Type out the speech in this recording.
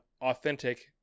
authentic